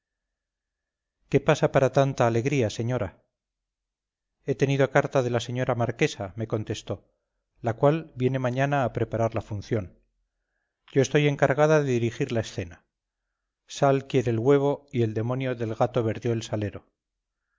qué pasa para tanta alegría señora he tenido carta de la señora marquesa me contestó la cual viene mañana a preparar la función yo estoy encargada de dirigir la escena buen provecho dije y qué cuenta de la